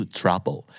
trouble